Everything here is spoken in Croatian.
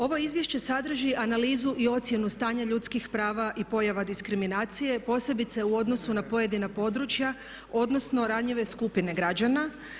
Ovo izvješće sadrži analizu i ocjenu stanja ljudskih prava i pojava diskriminacije posebice u odnosu na pojedina područja odnosno ranjive skupine građana.